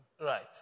Right